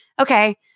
okay